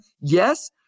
Yes